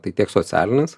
tai tiek socialinis